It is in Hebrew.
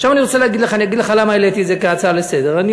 עכשיו אני אגיד לך למה העליתי את זה כהצעה לסדר-היום.